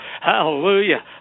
hallelujah